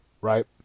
Right